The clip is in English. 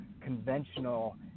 conventional